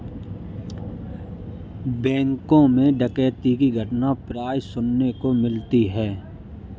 बैंकों मैं डकैती की घटना प्राय सुनने को मिलती है